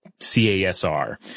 CASR